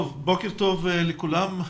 בוקר טוב לכולם,